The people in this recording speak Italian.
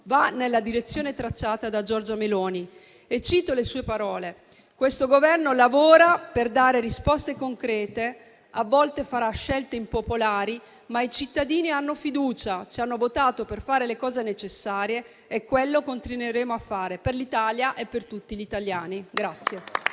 va nella direzione tracciata da Giorgia Meloni. Citando le sue parole, questo Governo lavora per dare risposte concrete; a volte farà scelte impopolari, ma i cittadini hanno fiducia: ci hanno votato per fare le cose necessarie e quello continueremo a fare, per l'Italia e per tutti gli italiani.